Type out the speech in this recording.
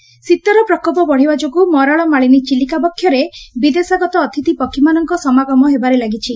ଚିଲିକା ଶୀତର ପ୍ରକୋପ ବଡ଼ିବା ଯୋଗୁଁ ମରାଳ ମାଳିନୀ ଚିଲିକା ବକ୍ଷରେ ବିଦେଶାଗତ ଅତିଥି ପକ୍ଷୀମାନଙ୍କ ସମାଗମ ହେବାରେ ଲାଗିଛି